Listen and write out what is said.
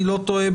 אם אני לא טועה,